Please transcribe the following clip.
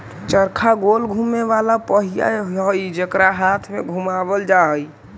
चरखा गोल घुमें वाला पहिया हई जेकरा हाथ से घुमावल जा हई